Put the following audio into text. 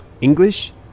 English